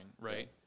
right